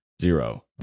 zero